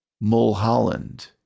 Mulholland